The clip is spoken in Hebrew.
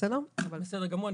בסדר גמור.